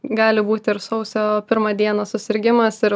gali būt ir sausio pirmą dieną susirgimas ir